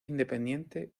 independiente